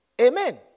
Amen